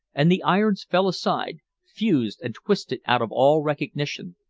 and the irons fell aside, fused and twisted out of all recognition.